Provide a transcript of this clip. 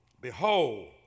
Behold